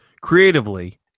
creatively